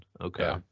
Okay